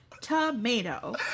tomato